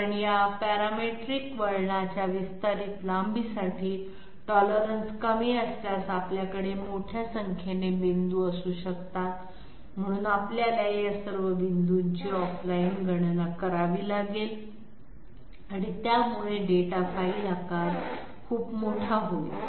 कारण या पॅरामेट्रिक वळणाच्या विस्तारित लांबीसाठी टॉलरन्स कमी असल्यास आपल्याकडे मोठ्या संख्येने बिंदू असू शकतात म्हणून आपल्याला या सर्व बिंदूंची ऑफ लाइन गणना करावी लागेल आणि त्यामुळे डेटा फाइल आकार खूप मोठा होईल